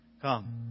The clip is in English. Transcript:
Come